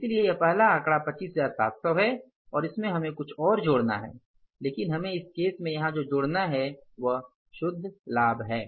इसलिए पहला आंकड़ा 25700 है और इसमें हमें कुछ और जोड़ना है लेकिन हमें इस केस में यहां जो जोड़ना होगा वह शुद्ध लाभ है